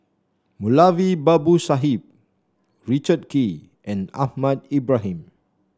Moulavi Babu Sahib Richard Kee and Ahmad Ibrahim